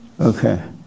Okay